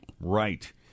Right